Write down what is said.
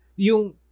yung